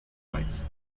wife